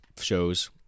shows